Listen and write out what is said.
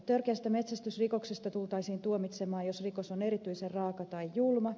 törkeästä metsästysrikoksesta tultaisiin tuomitsemaan jos rikos on erityisen raaka tai julma